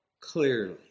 clearly